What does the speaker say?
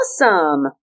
Awesome